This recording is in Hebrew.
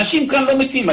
אנשים כאן לא מתים.